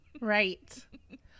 right